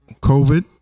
COVID